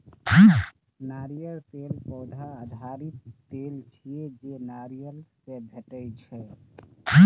नारियल तेल पौधा आधारित तेल छियै, जे नारियल सं भेटै छै